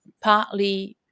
partly